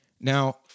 Now